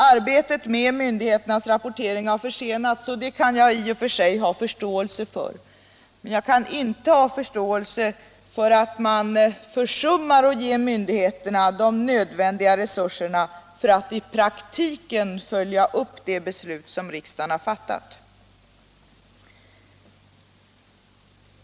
Arbetet med myndigheternas rapportering har försenats, och det kan jag i och för sig ha förståelse för, men jag kan inte ha förståelse för att man försummar att ge myndigheterna de nödvändiga resurserna för att i praktiken följa upp det beslut som riksdagen har fattat.